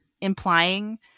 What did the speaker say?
implying